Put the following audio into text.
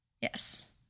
Yes